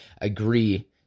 agree